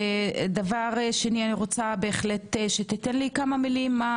שנית, אני רוצה שתיתן לי כמה מילים, מה